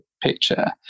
picture